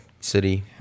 city